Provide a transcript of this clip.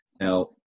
Now